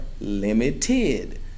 limited